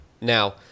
Now